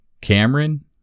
Cameron